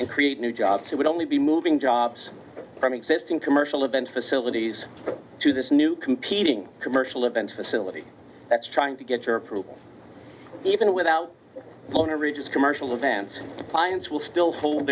and create new jobs who would only be moving jobs from existing commercial event facilities to this new competing commercial event facility that's trying to get your approval even without full coverage is commercial events clients will still hold